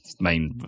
main